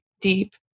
deep